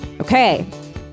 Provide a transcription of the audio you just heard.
okay